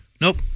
Nope